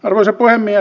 arvoisa puhemies